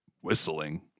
whistling